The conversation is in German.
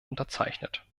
unterzeichnet